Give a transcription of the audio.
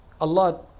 Allah